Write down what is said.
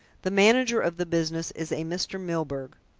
the manager of the business is a mr. milburgh.